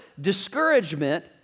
discouragement